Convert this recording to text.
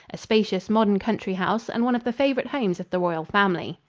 a spacious modern country house and one of the favorite homes of the royal family.